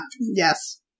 yes